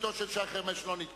בבקשה, אדוני.